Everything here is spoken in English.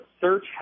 search